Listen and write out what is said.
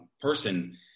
person